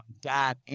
dad